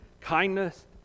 kindness